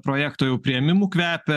projektų jau priėmimu kvepia